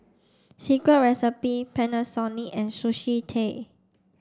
Secret Recipe Panasonic and Sushi Tei